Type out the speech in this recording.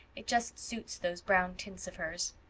it just suits those brown tints of hers.